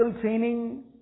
training